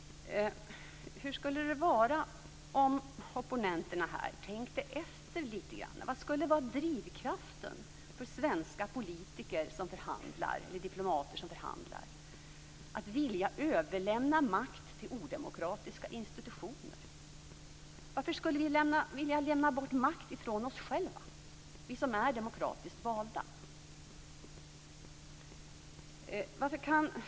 Hur skulle det vara om opponenterna tänkte efter litet? Vad skulle vara drivkraften för svenska politiker och diplomater som förhandlar att vilja överlämna makt till odemokratiska institutioner? Varför skulle vi vilja lämna bort makt från oss själva, vi som är demokratiskt valda?